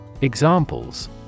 Examples